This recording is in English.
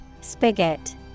Spigot